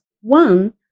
One